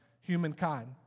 humankind